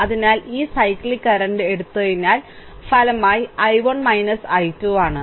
അതിനാൽ ഈ cyclic current എടുത്തതിനാൽ ഫലമായി I1 I2 ആണ്